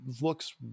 looks